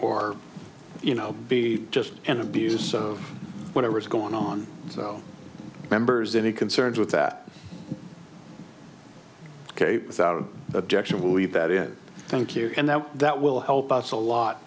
or you know be just an abuse of whatever's going on so members any concerns with that ok without objection will leave that in thank you and that that will help us a lot